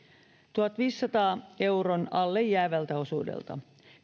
tuhannenviidensadan euron alle jäävältä osuudelta